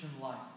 life